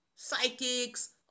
psychics